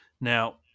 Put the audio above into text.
now